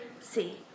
see